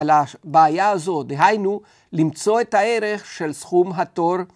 ‫על הבעיה הזו, דהיינו, ‫למצוא את הערך של סכום התור.